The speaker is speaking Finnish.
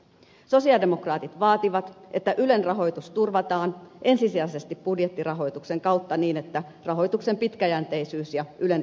sosialidemokraatit vaativat että ylen rahoitus turvataan ensisijaisesti budjettirahoituksen kautta niin että rahoituksen pitkäjänteisyys ja ylen riippumattomuus turvataan